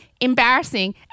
embarrassing